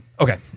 Okay